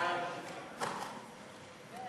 חוק העונשין (תיקון